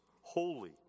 holy